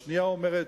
השנייה אומרת: